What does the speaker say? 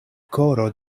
koro